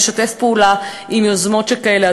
לשתף פעולה עם יוזמות כאלה,